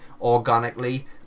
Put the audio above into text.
organically